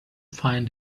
find